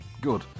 Good